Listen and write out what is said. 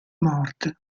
morte